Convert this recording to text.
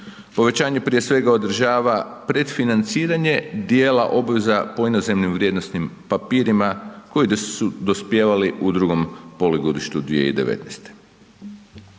Povećanje prije svega održava pred financiranje dijela obveza po inozemnim vrijednosnim papirima koji su dospijevali u drugom polugodištu 2019.